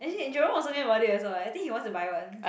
is it Jerome was talking about it also leh I think he wants to buy one